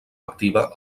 activa